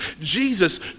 Jesus